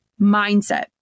mindset